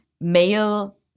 male